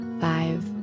five